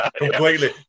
completely